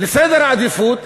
לסדר עדיפויות